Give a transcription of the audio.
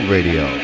Radio